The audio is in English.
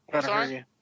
Sorry